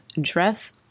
dress